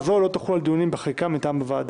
זו לא תחול על דיונים בחקיקה מטעם הוועדה.